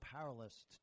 powerless